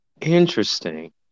Interesting